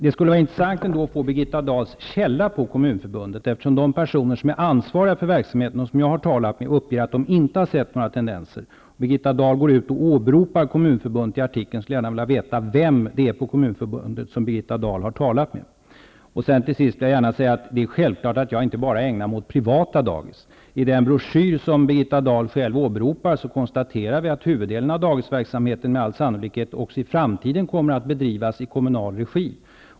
Det skulle vara intressant att få veta Birgitta Dahls källa på Kommunförbundet, eftersom de personer som är ansvariga för verksamheten som jag har ta lat med uppger att de inte har sett några tendenser. Eftersom Birgitta Dahl åberopar Kommunförbun det i tidningsartikeln skulle jag gärna vilja veta vem som hon har talat med där. Det är självklart att jag inte bara ägnar mig åt pri vata dagis. I den broschyr som Birgitta Dahl åbe ropar konstaterar vi att huvuddelen av dagisverk samheten med all sannolikhet också i framtiden kommer att bedrivas i kommunal regi.